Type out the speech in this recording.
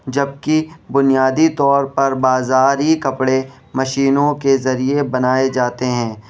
جبکہ بنیادی طور پر بازاری کپڑے مشینوں کے ذریعے بنائے جاتے ہیں